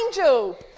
angel